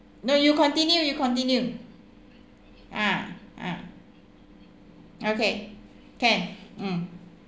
no you continue you continue ah ah okay can mm